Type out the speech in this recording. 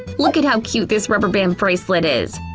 look at how cute this rubber band bracelet is!